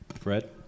Fred